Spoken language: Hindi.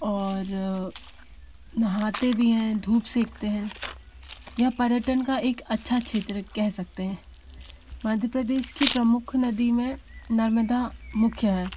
और नहाते भी हैं धूप सेकते हैं यह पर्यटन का एक अच्छा क्षेत्र कह सकते हैं मध्य प्रदेश की प्रमुख नदी में नर्मदा मुख्य है